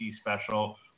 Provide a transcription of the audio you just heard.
special